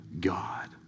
God